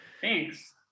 Thanks